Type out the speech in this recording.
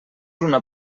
una